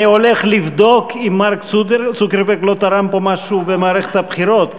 אני הולך לבדוק אם מר צוקרברג לא תרם פה משהו במערכת הבחירות,